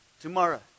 tomorrow